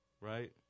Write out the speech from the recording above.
right